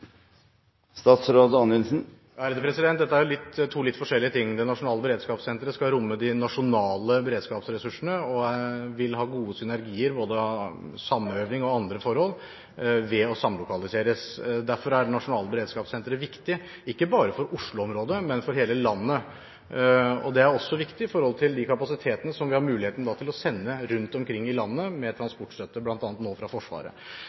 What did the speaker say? to litt forskjellige ting. Det nasjonale beredskapssenteret skal romme de nasjonale beredskapsressursene og vil ha gode synergier – med tanke på både samøving og andre forhold – ved å samlokaliseres. Derfor er det nasjonale beredskapssenteret viktig – ikke bare for Oslo-området, men for hele landet. Det er også viktig med hensyn til de kapasitetene som vi da har mulighet til å sende rundt omkring i landet, med